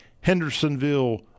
Hendersonville